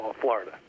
Florida